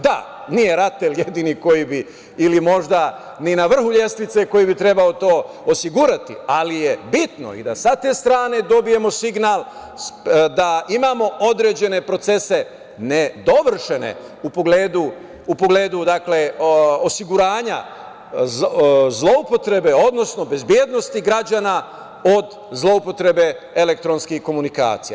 Da, nije RATEL jedini koji bi ili možda ni na vrhu lestvice koji bi trebao to osigurati ali je bitno i da sa te strane dobijemo signal da imamo određene procese nedovršene u pogledu osiguranja, zloupotrebe, odnosno bezbednosti građana od zloupotrebe elektronskih komunikacija.